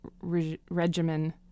regimen